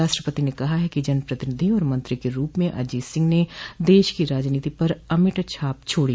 राष्ट्रपति ने कहा कि जनप्रतिनिधि और मंत्री के रूप में अजीत सिंह ने देश की राजनीति पर अमिट छाप छोड़ी